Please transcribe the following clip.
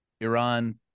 Iran